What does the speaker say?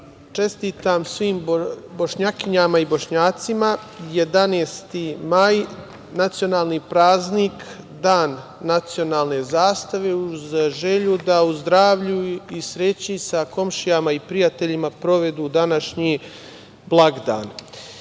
čestitam svim Bošnjakinjama i Bošnjacima 11. maj, nacionalni praznik Dan nacionalne zastave, uz želju da u zdravlju i sreći sa komšijama i prijateljima provedu današnji blagdan. Od